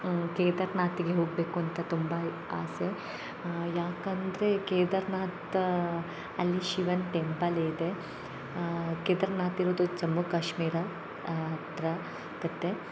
ಕೇದರ್ನಾರ್ಥ್ಗೆ ಹೋಗಬೇಕು ಅಂತ ತುಂಬ ಆಸೆ ಯಾಕಂದರೆ ಕೇದರ್ನಾಥ ಅಲ್ಲಿ ಶಿವನ ಟೆಂಪಲ್ ಇದೆ ಕೇದರ್ನಾಥ್ ಇರುದು ಜಮ್ಮು ಕಾಶ್ಮೀರ ಹತ್ತಿರ ಆಗುತ್ತೆ